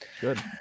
Good